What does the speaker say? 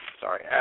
sorry